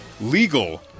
legal